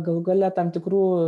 galų gale tam tikrų